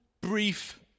brief